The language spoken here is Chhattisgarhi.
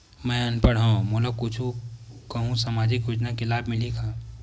मैं अनपढ़ हाव मोला कुछ कहूं सामाजिक योजना के लाभ मिलही का?